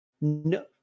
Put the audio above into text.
No